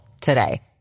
today